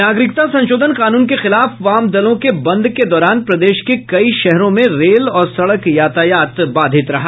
नागरिकता संशोधन कानून के खिलाफ वाम दलों के बंद के दौरान प्रदेश के कई शहरों में रेल और सड़क यातायात बाधित रहा